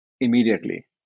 immediately